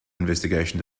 investigation